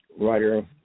writer